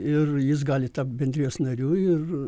ir jis gali tapt bendrijos nariu ir